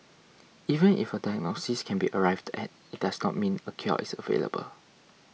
even if a diagnosis can be arrived at it does not mean a cure is available